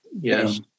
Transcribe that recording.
Yes